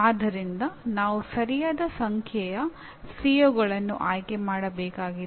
ಆದ್ದರಿಂದ ನಾವು ಸರಿಯಾದ ಸಂಖ್ಯೆಯ ಸಿಒಗಳನ್ನು ಆಯ್ಕೆ ಮಾಡಬೇಕಾಗಿದೆ